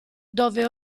dove